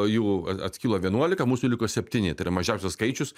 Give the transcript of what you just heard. jų a atskilo vienuolika mūsų liko septyni tai yra mažiausias skaičius